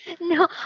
No